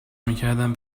میکردم